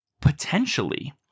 potentially